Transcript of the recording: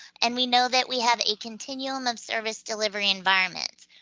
and we know that we have a continuum of service delivery environments.